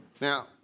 Now